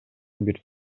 бир